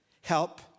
help